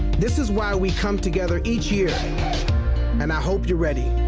this is why we come together each year and i hope you're ready